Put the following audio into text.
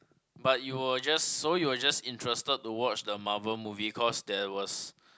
but you were just so you were just interested to watch the Marvel movie cause there was